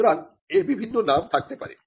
সুতরাং এর বিভিন্ন নাম থাকতে পারে